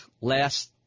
last